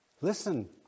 Listen